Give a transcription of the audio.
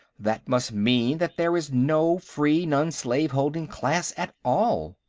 that must mean that there is no free non-slave-holding class at all.